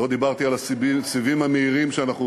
לא דיברתי על הסיבים המהירים שאנחנו